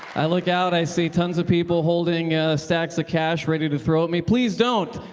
i look out, i see tons of people holding stacks cash ready to throw at me. please don't.